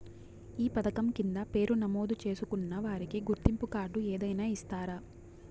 ఈ పథకం కింద పేరు నమోదు చేసుకున్న వారికి గుర్తింపు కార్డు ఏదైనా ఇస్తారా?